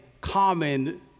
common